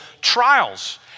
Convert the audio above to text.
trials